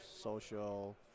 social